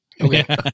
okay